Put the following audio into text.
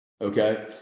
Okay